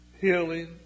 healing